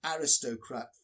aristocrat